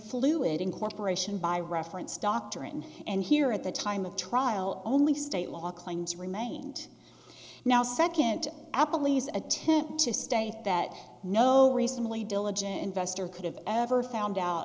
fluid incorporation by reference doctrine and here at the time of trial only state law claims remained now second apple please attempt to state that no recently diligence investor could have ever found out